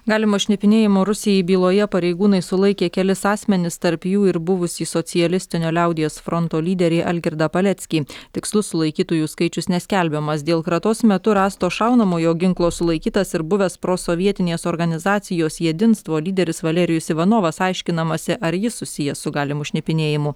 galimo šnipinėjimo rusijai byloje pareigūnai sulaikė kelis asmenis tarp jų ir buvusį socialistinio liaudies fronto lyderį algirdą paleckį tikslus sulaikytųjų skaičius neskelbiamas dėl kratos metu rasto šaunamojo ginklo sulaikytas ir buvęs prosovietinės organizacijos jedinstvo lyderis valerijus ivanovas aiškinamasi ar jis susijęs su galimu šnipinėjimu